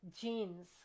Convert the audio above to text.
jeans